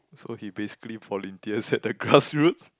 so he basically volunteers at the Grassroots